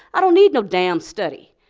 i don't need no damn study,